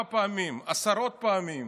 כמה פעמים, עשרות פעמים.